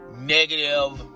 negative